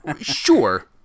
sure